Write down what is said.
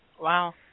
Wow